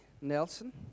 Nelson